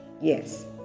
yes